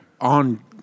on